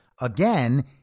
again